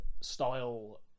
style